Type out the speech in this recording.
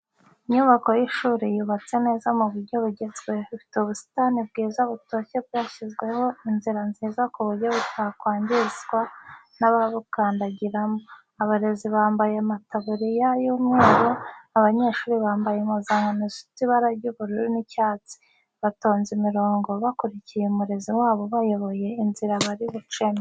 Inyubako y'ishuri yubatse neza mu buryo bugezweho ifite ubusitani bwiza butoshye bwashyizwemo inzira nziza ku buryo butakwangizwa n'ababukandagiramo, abarezi bamabaye amataburiya y'umweru, abanyeshuri bambaye impuzankano zifite ibara ry'ubururu n'icyatsi batonze imirongo bakurikiye umurezi wabo ubayoboye inzira bari bucemo.